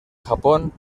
japón